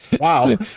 Wow